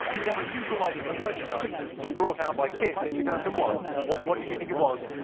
unusual item of merchandise was brought out by kiss in two thousand and one. what what did you think it was?